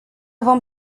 vom